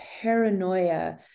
paranoia